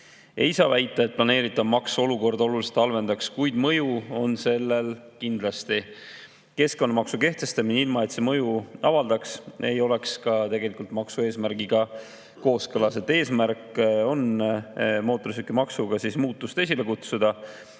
Ei saa väita, et planeeritav maks olukorda oluliselt halvendaks, kuid mõju on sellel kindlasti. Keskkonnamaksu kehtestamine, ilma et see mõju avaldaks, ei oleks ka maksu eesmärgiga kooskõlas. Eesmärk on mootorsõidukimaksuga esile kutsuda